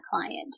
client